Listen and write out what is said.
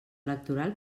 electoral